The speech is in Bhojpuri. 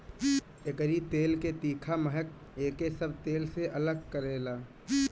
एकरी तेल के तीखा महक एके सब तेल से अलग करेला